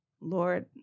Lord